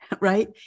right